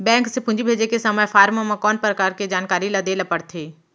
Bank से पूंजी भेजे के समय फॉर्म म कौन परकार के जानकारी ल दे ला पड़थे?